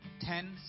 Ten